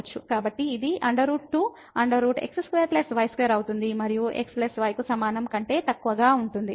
కాబట్టి ఇది 2x2y2 అవుతుంది మరియు | x || y | కు సమానం కంటే తక్కువగా ఉంటుంది